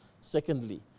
Secondly